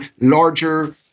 larger